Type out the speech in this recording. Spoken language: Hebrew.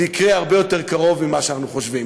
זה יקרה הרבה יותר בקרוב ממה שאנחנו חושבים.